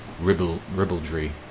ribaldry